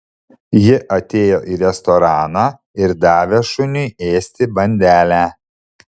ji atėjo į restoraną ir davė šuniui ėsti bandelę